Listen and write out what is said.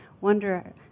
wonder